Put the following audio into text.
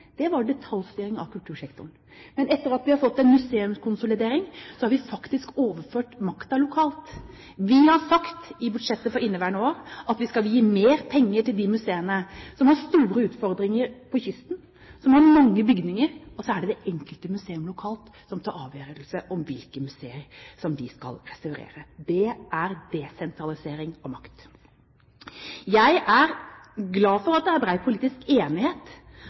Det var detaljstyring av kultursektoren. Men etter at vi har fått en museumskonsolidering, har vi faktisk overført makten lokalt. Vi har sagt i budsjettet for inneværende år at vi skal gi mer penger til de museene som har store utfordringer, på kysten, som har mange bygninger. Så er det det enkelte museum lokalt som tar avgjørelsen om hvilke museer de skal restaurere. Det er desentralisering av makt. Jeg er glad for at det er bred politisk enighet